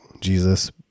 Jesus